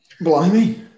Blimey